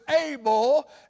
able